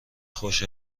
خوش